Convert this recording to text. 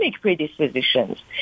predispositions